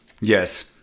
Yes